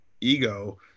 ego